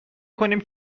کنیم